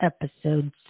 episodes